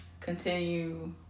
continue